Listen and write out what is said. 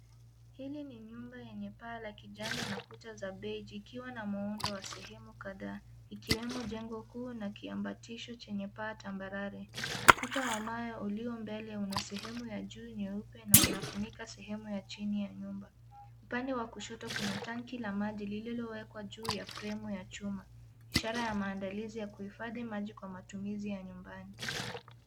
Hili ni nyumba yenye paa la kijani na kuta za beije ikiwa na muundo wa sehemu kadhaa. Ikiwemo jengo kuu na kiambatisho chenye paa tambarare. Ukuta wa mawe ulio mbele una sehemu ya juu nyeupe na unafunika sehemu ya chini ya nyumba. Upande wa kushoto kuna tanki la maji lililowekwa juu ya fremu ya chuma. Ishara ya maandalizi ya kuhifadhi maji kwa matumizi ya nyumbani.